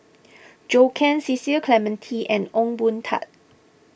Zhou Can Cecil Clementi and Ong Boon Tat